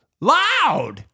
Loud